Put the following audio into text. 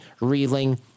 reeling